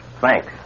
Thanks